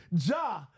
Ja